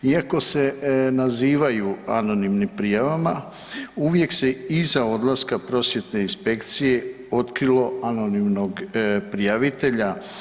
Iako se nazivaju anonimnim prijavama uvijek se iza odlaska prosvjetne inspekcije otkrilo anonimnog prijavitelja.